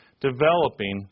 developing